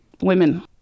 women